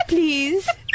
Please